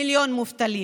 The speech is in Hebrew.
מיליון מובטלים,